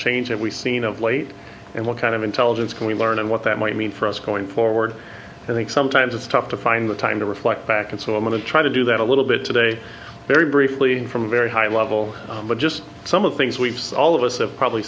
changes we've seen of late and what kind of intelligence can we learn and what that might mean for us going forward i think sometimes it's tough to find the time to reflect back and so i'm going to try to do that a little bit today very briefly from a very high level but just some of the things we've all of us have probably